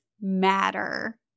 matter